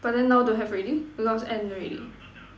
but then now don't have already because end already